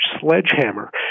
sledgehammer